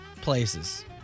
places